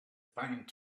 pine